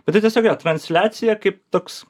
bet tai tiesiog jo transliacija kaip toks